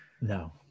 No